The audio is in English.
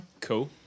Cool